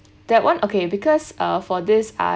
that [one] okay because uh for this I